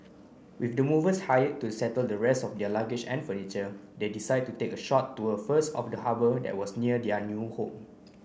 with the movers hired to settle the rest of their luggage and furniture they decide to take a short tour first of the harbour that was near their new home